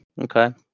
Okay